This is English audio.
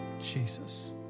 Jesus